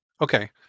Okay